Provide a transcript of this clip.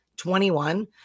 21